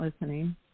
listening